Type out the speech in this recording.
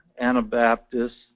Anabaptists